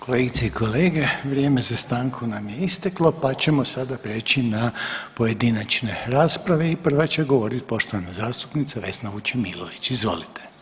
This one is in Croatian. Kolegice i kolege, vrijeme za stanku nam je isteklo, pa ćemo sada prijeći na pojedinačne rasprave i prva će govorit poštovana zastupnica Vesna Vučemilović, izvolite.